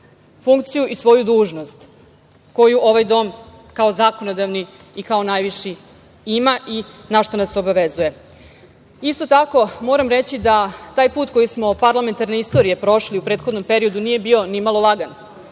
funkciju i svoju dužnost koju ovaj dom kao zakonodavni i kao najviši ima i na šta nas obavezuje. Isto tako moram reći da taj put parlamentarne istorije koji smo prošli u prethodnom periodu nije bio nimalo lagan.